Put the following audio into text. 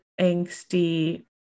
angsty